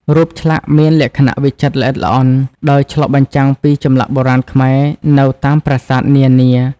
រូបឆ្លាក់មានលក្ខណៈវិចិត្រល្អិតល្អន់ ដោយឆ្លុះបញ្ចាំងពីចម្លាក់បុរាណខ្មែរនៅតាមប្រាសាទនានា ។